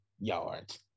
yards